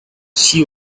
she